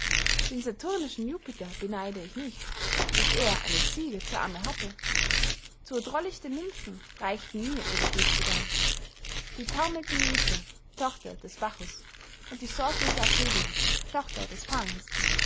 den saturnischen jupiter beneide ich nicht daß er eine ziege zur amme hatte zwo drollichte nümphen reichten mir ihre brüste dar die taumelnde methe tochter des bachus und die sorglose apädia tochter des pans